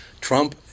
Trump